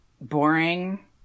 Boring